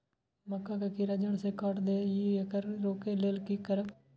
मक्का के कीरा जड़ से काट देय ईय येकर रोके लेल की करब?